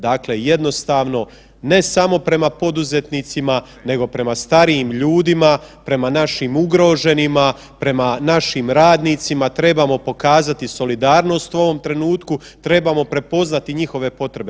Dakle jednostavno ne samo prema poduzetnicima nego prema starijim ljudima, prema našim ugroženima, prema našim radnicima trebamo pokazati solidarnost u ovom trenutku, trebamo prepoznati njihove potrebe.